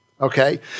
okay